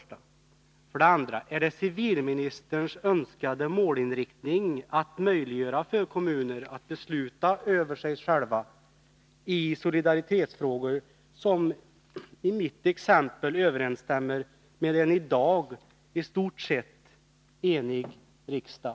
2. Ärcivilministerns målinriktning att möjliggöra för kommuner att själva besluta i solidaritetsfrågor, vilket skulle överensstämma med uttalanden av en i stort sett enig riksdag?